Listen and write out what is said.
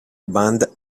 band